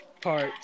parts